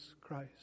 Christ